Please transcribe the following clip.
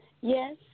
yes